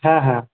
হ্যাঁ হ্যাঁ